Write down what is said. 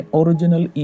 original